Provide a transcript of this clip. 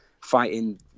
fighting